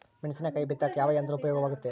ಮೆಣಸಿನಕಾಯಿ ಬಿತ್ತಾಕ ಯಾವ ಯಂತ್ರ ಉಪಯೋಗವಾಗುತ್ತೆ?